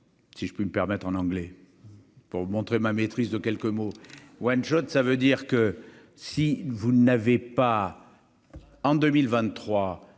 si je peux me permettre en anglais pour montrer ma maîtrise de quelques mots One shot, ça veut dire que si vous n'avez pas en 2023,